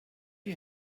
you